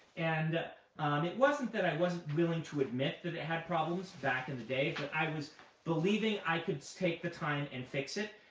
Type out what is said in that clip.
and it wasn't that i wasn't willing to admit that it had problems back in the day, but i was believing i could take the time and fix it.